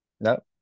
No